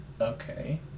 Okay